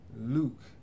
Luke